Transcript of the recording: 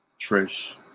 Trish